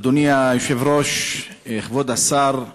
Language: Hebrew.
אדוני היושב-ראש, כבוד השר,